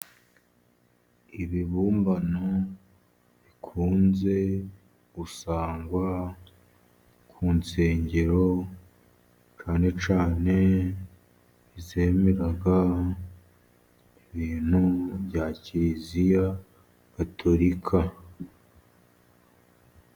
Ibibumbano bikunze gusangwa ku nsengero, cyane cyane izemera ibintu bya Kiliziya Gatolika.